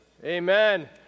Amen